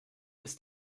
ist